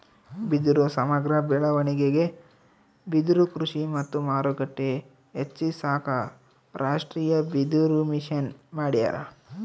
ಬಿದಿರು ಸಮಗ್ರ ಬೆಳವಣಿಗೆಗೆ ಬಿದಿರುಕೃಷಿ ಮತ್ತು ಮಾರುಕಟ್ಟೆ ಹೆಚ್ಚಿಸಾಕ ರಾಷ್ಟೀಯಬಿದಿರುಮಿಷನ್ ಮಾಡ್ಯಾರ